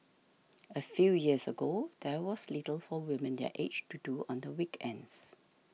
a few years ago there was little for women their age to do on the weekends